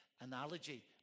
analogy